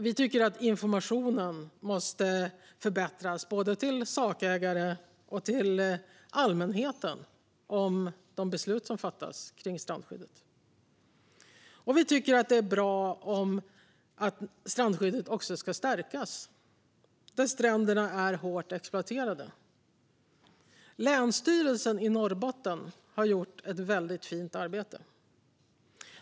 Vi tycker att informationen om de beslut som fattas gällande strandskyddet måste förbättras, både till sakägare och till allmänheten. Vi tycker också att strandskyddet ska stärkas där stränderna är hårt exploaterade. Länsstyrelsen i Norrbotten har gjort ett väldigt fint arbete.